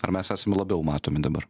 ar mes esam labiau matomi dabar